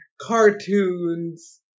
cartoons